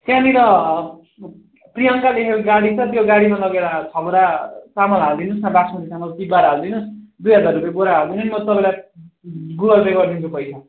त्यहाँनिर प्रियङ्का लेखेको गाडी छ त्यो गाडीमा लगेर छ बोरा चामल हालिदिनु होस् न बासमती चामल तिबार हालिदिनु होस् दुई हजार रुपे बोरा हालिदिनु नि म तपाईँलाई गुगल पे गरिदिन्छु पैसा